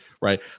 Right